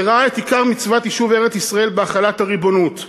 שראה את עיקר מצוות יישוב ארץ-ישראל בהחלת הריבונות.